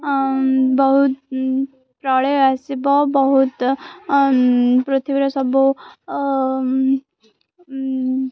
ବହୁତ ପ୍ରଳୟ ଆସିବ ବହୁତ ପୃଥିବୀରେ ସବୁ